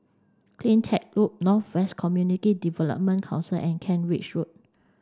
CleanTech Loop North West Community Development Council and Kent Ridge Road